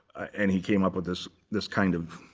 and he came up with this this kind of